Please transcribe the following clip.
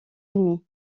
ennemis